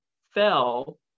fell